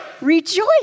rejoice